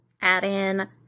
add-in